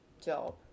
job